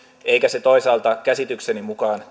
eikä se toisaalta käsitykseni mukaan